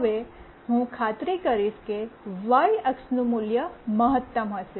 હવે હું ખાતરી કરીશ કે વાય અક્ષનું મૂલ્ય મહત્તમ હશે